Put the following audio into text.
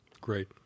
Great